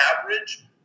average